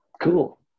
Cool